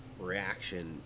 reaction